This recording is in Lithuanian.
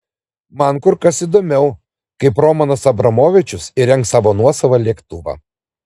man kur kas įdomiau kaip romanas abramovičius įrengs savo nuosavą lėktuvą